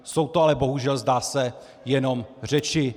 Jsou to ale bohužel zdá se jenom řeči.